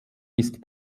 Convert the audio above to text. ist